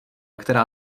která